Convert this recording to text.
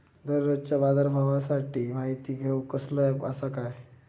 दररोजच्या बाजारभावाची माहिती घेऊक कसलो अँप आसा काय?